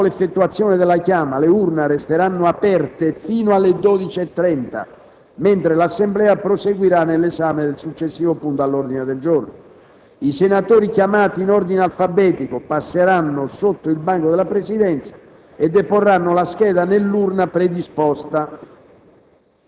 Dopo l'effettuazione della chiama le urne resteranno aperte fino alle ore 12,30, mentre l'Assemblea proseguirà nell'esame del successivo punto all'ordine del giorno. I senatori, chiamati in ordine alfabetico, passeranno sotto il banco della Presidenza e deporranno la scheda nell'urna predisposta.